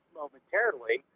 momentarily